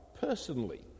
personally